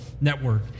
network